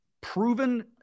proven